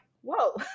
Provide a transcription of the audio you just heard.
whoa